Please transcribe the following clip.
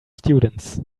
students